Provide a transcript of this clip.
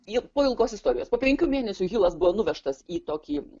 po ilgos istorijos po penkių mėnesių hilas buvo nuvežtas į tokį